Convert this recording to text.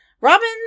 robin